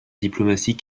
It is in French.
diplomatie